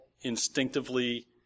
instinctively